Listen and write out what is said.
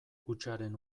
hutsaren